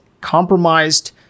compromised